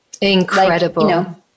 Incredible